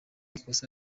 ikosa